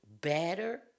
better